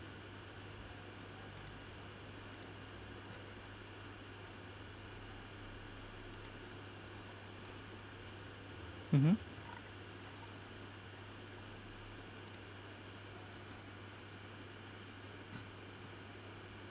mmhmm